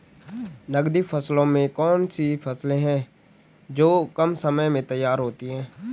नकदी फसलों में कौन सी फसलें है जो कम समय में तैयार होती हैं?